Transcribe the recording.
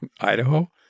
Idaho